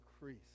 increase